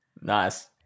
nice